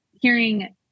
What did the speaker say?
hearing